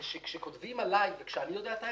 שכאשר כותבים עליי וכאשר אני יודע את האמת,